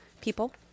people